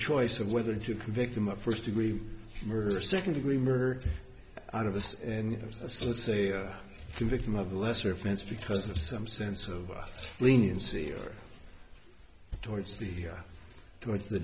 choice of whether to convict him of first degree murder second degree murder out of this and of let's say convict them of the lesser offense because of some sense of leniency or towards the towards the